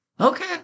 Okay